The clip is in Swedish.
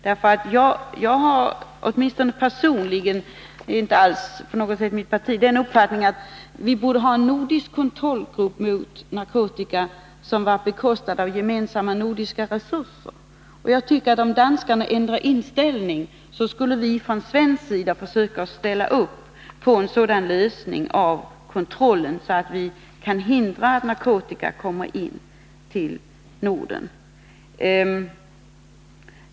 Jag har åtminstone personligen — jag talar inte på något sätt för mitt parti — den uppfattningen att vi borde ha en nordisk kontrollgrupp mot narkotika, bekostad genom gemensamma nordiska resurser. Jag tycker att om danskarna ändrar inställning skulle vi från svensk sida försöka ställa upp på en sådan lösning i fråga om kontrollen att vi kan hindra att narkotika kommer in till Norden.